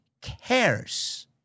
cares